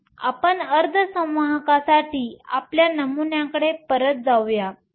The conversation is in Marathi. तर आपण अर्धसंवाहकसाठी आपल्या नमुन्याकडे परत जाऊ या